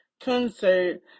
concert